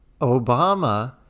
Obama